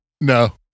no